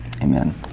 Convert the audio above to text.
Amen